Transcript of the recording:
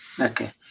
Okay